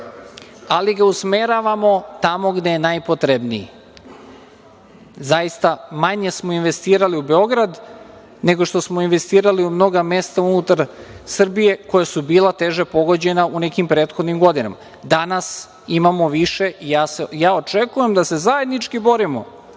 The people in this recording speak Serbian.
ali ga usmeravamo tamo gde je najpotrebniji. Zaista, manje smo investirali u Beograd, nego što smo investirali u mnoga mesta unutar Srbije koja su bila teže pogođena u nekim prethodnim godinama. Danas imamo više i ja očekujem da se zajednički borimo,